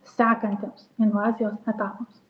sekantiems invazijos etapams